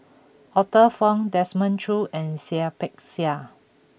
Arthur Fong Desmond Choo and Seah Peck Seah